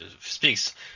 speaks